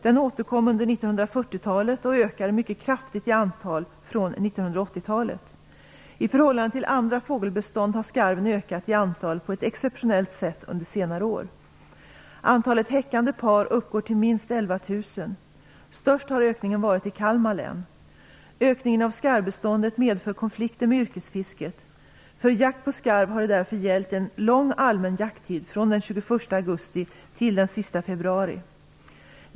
Den återkom under 1940-talet och ökade mycket kraftigt i antal från 1980-talet. I förhållande till andra fågelbestånd har skarven ökat i antal på ett exceptionellt sätt under senare år. Antalet häckande par uppgår till minst 11 000. Störst har ökningen varit i Kalmar län. Ökningen av skarvbeståndet medför konflikter med yrkesfisket. För jakt på skarv har det därför gällt en lång allmän jakttid, från den 21 augusti till den sista februari.